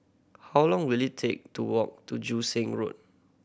how long will it take to walk to Joo Seng Road